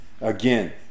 Again